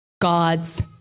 God's